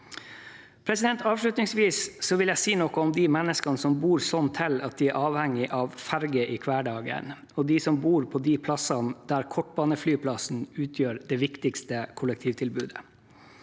vårt. Avslutningsvis vil jeg si noe om de menneskene som bor slik til at de er avhengig av ferje i hverdagen, og de som bor på de stedene der kortbaneflyplassen utgjør det viktigste kollektivtilbudet.